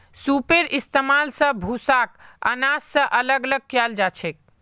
सूपेर इस्तेमाल स भूसाक आनाज स अलग कियाल जाछेक